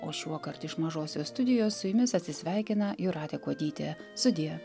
o šiuokart iš mažosios studijos su jumis atsisveikina jūratė kuodytė sudie